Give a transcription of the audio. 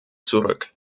zurück